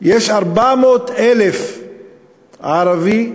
יש 400,000 ערבים,